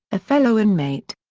a fellow inmate.